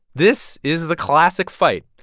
this is the classic fight.